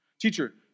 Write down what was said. teacher